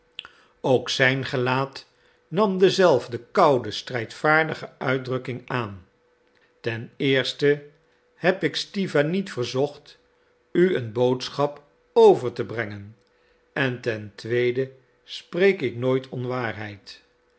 ook zijn gelaat nam dezelfde koude strijdvaardige uitdrukking aan ten eerste heb ik stiwa niet verzocht u een boodschap over te brengen en ten tweede spreek ik nooit onwaarheid